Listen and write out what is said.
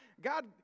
God